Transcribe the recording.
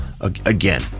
again